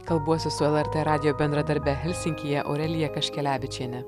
kalbuosi su lrt radijo bendradarbe helsinkyje aurelija kaškelevičiene